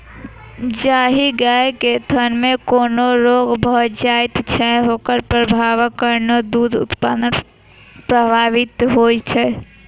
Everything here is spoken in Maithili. जाहि गाय के थनमे कोनो रोग भ जाइत छै, ओकर प्रभावक कारणेँ दूध उत्पादन प्रभावित होइत छै